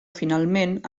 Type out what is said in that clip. finalment